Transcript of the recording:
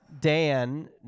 Dan